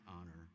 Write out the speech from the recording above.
honor